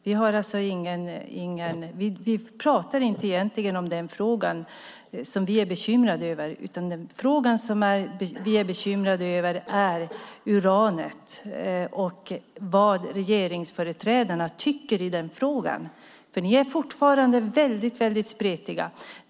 Vi är egentligen inte bekymrade över den frågan, utan den fråga vi är bekymrade över är uranet och vad regeringsföreträdarna tycker när det gäller detta. Ni är fortfarande väldigt spretiga.